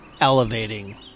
elevating